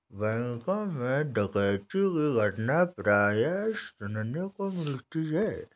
बैंकों मैं डकैती की घटना प्राय सुनने को मिलती है